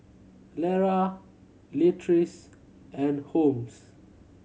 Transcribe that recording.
Lara Leatrice and Holmes